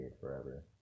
forever